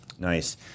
Nice